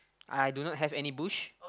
I do not have any bush